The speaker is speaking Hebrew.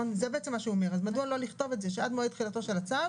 אז מדוע לא לכתוב שעד מועד תחילתו של הצו